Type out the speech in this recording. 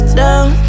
down